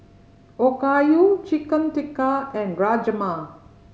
Okayu Chicken Tikka and Rajma